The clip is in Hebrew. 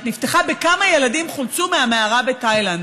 נפתחה בכמה ילדים חולצו מהמערה בתאילנד.